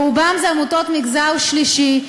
רובן עמותות מגזר שלישי,